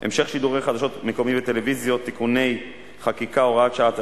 (המשך שידורי חדשות מקומיות בטלוויזיה) (תיקוני חקיקה) (הוראות שעה),